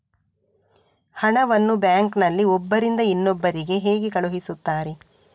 ಹಣವನ್ನು ಬ್ಯಾಂಕ್ ನಲ್ಲಿ ಒಬ್ಬರಿಂದ ಇನ್ನೊಬ್ಬರಿಗೆ ಹೇಗೆ ಕಳುಹಿಸುತ್ತಾರೆ?